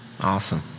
Awesome